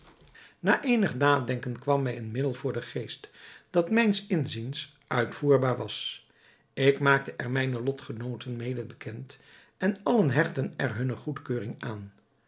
na eenig nadenken kwam mij een middel voor den geest dat mijns inziens uitvoerbaar was ik maakte er mijne lotgenooten mede bekend en allen hechtten er hunne goedkeuring aan